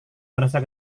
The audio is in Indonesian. merasa